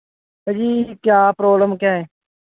ਭਾਅ ਜੀ ਕਿਆ ਪ੍ਰੋਬਲਮ ਕਿਆ ਹੈ